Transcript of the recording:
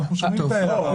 אנחנו שומעים את ההערות.